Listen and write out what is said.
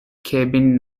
cabin